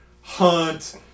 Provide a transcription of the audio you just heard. hunt